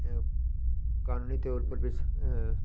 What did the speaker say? कानूनी तौर पर बी